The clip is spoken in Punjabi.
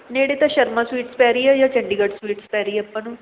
ਨੇੜੇ ਤਾਂ ਸ਼ਰਮਾ ਸਵੀਟਸ ਪੈ ਰਹੀ ਆ ਜਾਂ ਚੰਡੀਗੜ੍ਹ ਸਵੀਟਸ ਪੈ ਰਹੀ ਆ ਆਪਾਂ ਨੂੰ